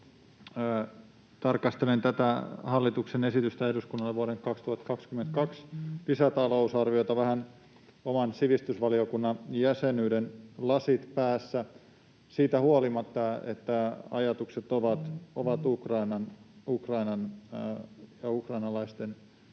Tarkastelen tätä hallituksen esitystä eduskunnalle vuoden 2022 lisätalousarvioksi vähän oman sivistysvaliokunnan jäsenyyteni lasit päässä siitä huolimatta, että ajatukset ovat Ukrainan ja ukrainalaisten puolella